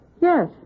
Yes